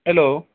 hello